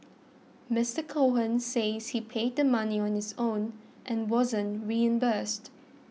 Mister Cohen says he paid the money on his own and wasn't reimbursed